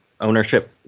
ownership